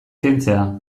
kentzea